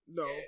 no